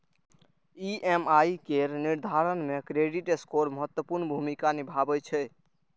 EMI केर निर्धारण मे क्रेडिट स्कोर महत्वपूर्ण भूमिका निभाबै छै